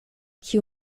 kiu